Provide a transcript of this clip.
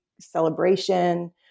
celebration